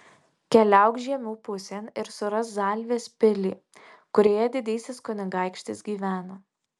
keliauk žiemių pusėn ir surask zalvės pilį kurioje didysis kunigaikštis gyvena